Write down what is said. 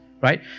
Right